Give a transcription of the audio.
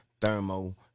Thermo